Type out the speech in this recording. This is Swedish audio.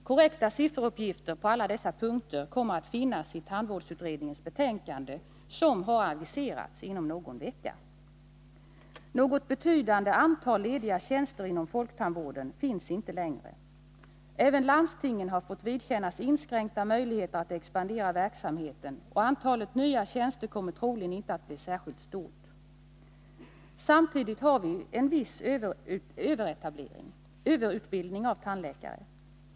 Korrekta sifferuppgifter på alla dessa punkter kommer att finnas i tandvårdsutredningens betänkande, som har aviserats komma inom någon vecka. Något betydande antal lediga tjänster inom folktandvården finns inte längre. Även landstingen har fått vidkännas en inskränkning av möjligheterna att expandera verksamheten. Och antalet nya tjänster kommer troligen inte att bli särskilt stort. Samtidigt har vi en viss överutbildning av tandläkare.